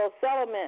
settlement